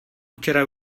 včera